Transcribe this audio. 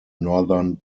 northern